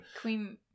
Queen